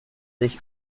sich